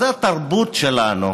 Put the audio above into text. זו התרבות שלנו.